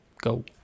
go